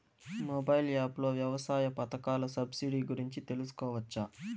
Mobile app లో వ్యవసాయ పథకాల సబ్సిడి గురించి తెలుసుకోవచ్చా?